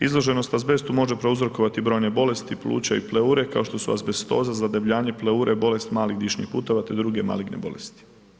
Izloženost azbestu može prouzrokovati brojne bolesti pluća i pleure kao što su azbestoza, zadebljanje pleure, bolest malih dišnih puteva te druge maligne bolesti.